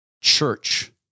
Church